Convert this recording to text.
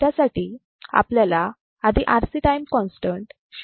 त्यासाठी आपल्याला आधी RC टाईम कॉन्स्टंट शोधणे गरजेचे आहे